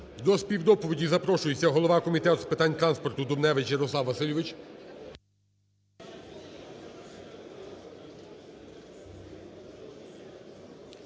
До співдоповіді запрошується голова Комітету з питань транспорту Дубневич Ярослав Васильович.